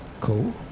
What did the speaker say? Cool